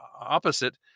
opposite